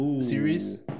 series